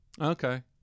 Okay